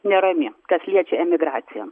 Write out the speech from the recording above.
nerami kas liečia emigraciją